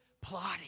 plotting